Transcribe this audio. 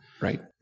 Right